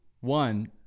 One